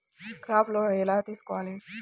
Crop loan ఎలా తీసుకోవాలి?